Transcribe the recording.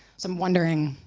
so i'm wondering